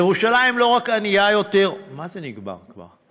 ירושלים לא רק ענייה יותר, מה זה נגמר כבר?